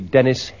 Dennis